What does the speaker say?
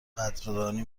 قدردانی